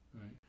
right